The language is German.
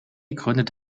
gründet